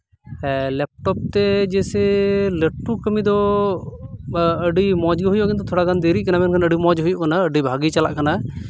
laptop ᱛᱮ ᱡᱮᱭᱥᱮ ᱞᱟᱹᱴᱩ ᱠᱟᱹᱢᱤ ᱫᱚ ᱟᱹᱰᱤ ᱢᱚᱡᱽ ᱜᱮ ᱦᱩᱭᱩᱜᱼᱟ ᱢᱮᱱᱠᱷᱟᱱ ᱛᱷᱚᱲᱟ ᱜᱟᱱ ᱫᱮᱨᱤᱜ ᱠᱟᱱᱟ ᱢᱮᱱᱠᱷᱟᱱ ᱟᱹᱰᱤ ᱢᱚᱡᱽ ᱦᱩᱭᱩᱜ ᱠᱟᱱᱟ ᱟᱹᱰᱤ ᱵᱷᱟᱜᱮ ᱪᱟᱞᱟᱜ ᱠᱟᱱᱟ